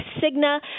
Cigna